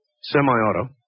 semi-auto